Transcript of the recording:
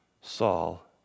Saul